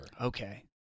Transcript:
Okay